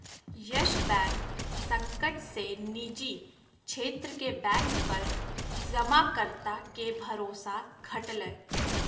yes Bank संकट से निजी क्षेत्र के बैंक पर जमाकर्ता के भरोसा घटलय